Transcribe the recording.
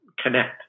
connect